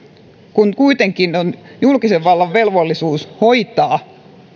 kun kuitenkin on julkisen vallan velvollisuus hoitaa